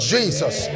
Jesus